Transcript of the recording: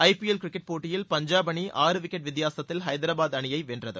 IPL cricket போட்டியில் பஞ்சாப் அணி ஆறு விக்கெட் வித்தியாசத்தில் ஐதராபாத் அணியை வென்றது